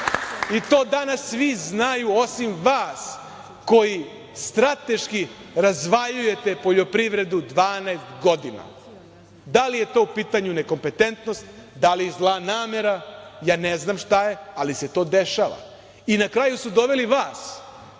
I, to danas svi znaju osim vas koji strateški razvaljujete poljoprivredu 12 godina. Da li je to u pitanju nekompetentnost? Da li zla namera? Ne znam šta je, ali se to dešava. I, na kraju su doveli vas,